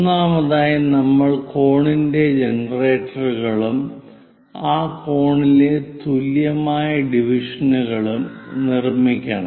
ഒന്നാമതായി നമ്മൾ കോണിന്റെ ജനറേറ്ററുകളും ആ കോണിലെ തുല്യമായ ഡിവിഷനുകളും നിർമ്മിക്കണം